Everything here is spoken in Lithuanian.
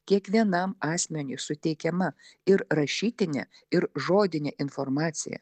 kiekvienam asmeniui suteikiama ir rašytinė ir žodinė informacija